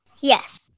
Yes